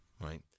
right